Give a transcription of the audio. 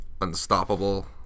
unstoppable